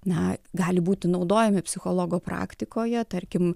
na gali būti naudojami psichologo praktikoje tarkim